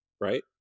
right